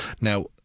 now